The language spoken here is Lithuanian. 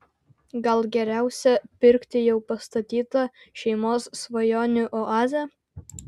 gal geriausia pirkti jau pastatytą šeimos svajonių oazę